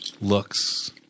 looks